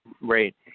right